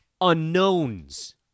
unknowns